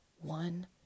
one